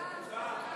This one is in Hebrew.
הצבעה.